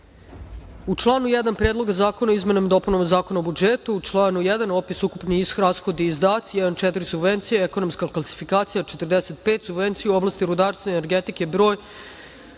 U članu 1. Predloga zakona o izmenama i dopunama Zakona o budžetu, u članu 1, opis - ukupni rashodi i izdaci, 1.4 Subvencije - Ekonomska klasifikacija, 45. suvencije u oblasti rudarstva i energetike broj